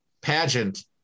pageant